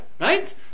right